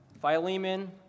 Philemon